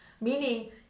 Meaning